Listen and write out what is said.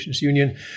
Union